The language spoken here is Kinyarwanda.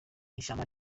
ishyamba